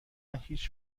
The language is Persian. هیچ